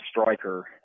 striker